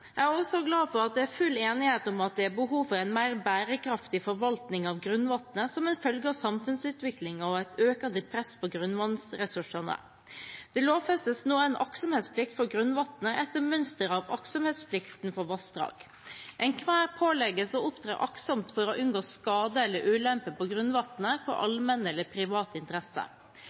Jeg er også glad for at det er full enighet om at det er behov for en mer bærekraftig forvaltning av grunnvannet som en følge av samfunnsutviklingen og et økende press på grunnvannsressursene. Det lovfestes nå en aktsomhetsplikt for grunnvannet etter mønster av aktsomhetsplikten for vassdrag. Enhver pålegges å opptre aktsomt for å unngå skade eller ulempe for grunnvannet for allmenne eller private interesser.